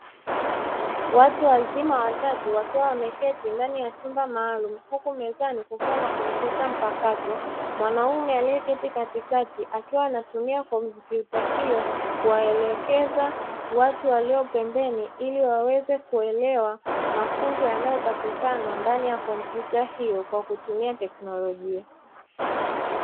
Watu wazima watatu wakiwa wameketi ndani ya chumba maalumu huku mezani kukiwa na kompyuta mpakato, mwanaume aliyeketi katikati akiwa anatumia kompyuta hiyo kuwaelekeza watu walio pembeni, ili waweze kuelewa mafunzo yanayopatikana ndani ya kompyuta hiyo kwa kutumia teknolojia.